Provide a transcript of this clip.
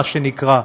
מה שנקרא,